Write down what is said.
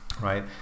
right